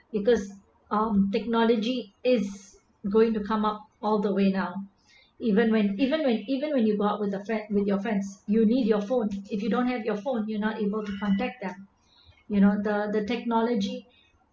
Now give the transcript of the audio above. because uh technology is going to come up all the way now even when even when even when you go out with the friend with your friends you need your phone if you don't have your phone you're not able to contact them you know the technology